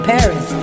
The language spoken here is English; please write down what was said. Paris